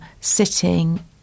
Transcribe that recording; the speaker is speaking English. sitting